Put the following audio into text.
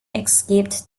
escaped